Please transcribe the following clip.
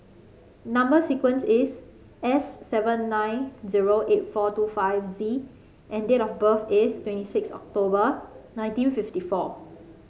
number sequence is S seven nine zero eight four two five Z and date of birth is twenty six October nineteen fifty four